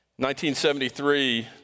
1973